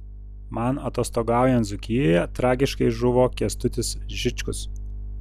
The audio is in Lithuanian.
man atostogaujant dzūkijoje tragiškai žuvo kęstutis žičkus